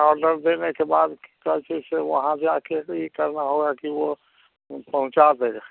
order देने के बाद जल्दी से वहाँ जाकर ही करना होगा कि वह पहुँचा देगा